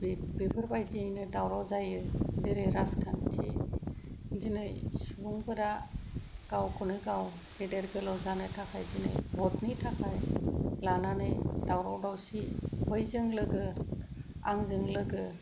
बेफोरबायदियैनो दावराव जायो जेरै राजखान्थि दिनै सुबुंफोरा गावखौनो गाव गेदेर गोलाव जानो थाखाय दिनै भट नि थाखाय लानानै दावराव दावसि बैजों लोगो आंजों लोगो